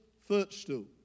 footstool